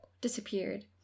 disappeared